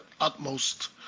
utmost